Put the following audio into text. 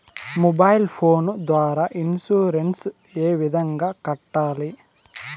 mobile phone ద్వారా insurance ఏ విధంగా కట్టాలి